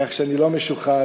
כך שאני לא משוחד,